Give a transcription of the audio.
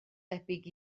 debyg